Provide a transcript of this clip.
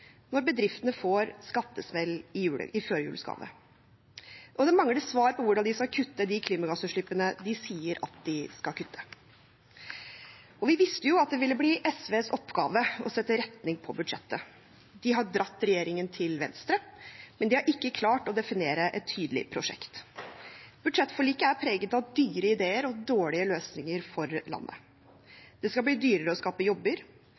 når bedriftene får skattesmell i førjulsgave. Og de mangler svar på hvordan de skal kutte de klimagassutslippene de sier at de skal kutte. Vi visste at det ville bli SVs oppgave å sette retning på budsjettet. De har dratt regjeringen til venstre, men de har ikke klart å definere et tydelig prosjekt. Budsjettforliket er preget av dyre ideer og dårlige løsninger for landet. Det skal bli dyrere å skape jobber,